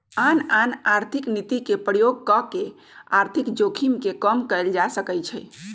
आन आन आर्थिक नीति के प्रयोग कऽ के आर्थिक जोखिम के कम कयल जा सकइ छइ